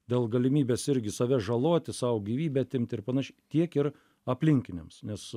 dėl galimybės irgi save žaloti sau gyvybę atimti ir panašiai tiek ir aplinkiniams nes